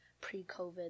pre-COVID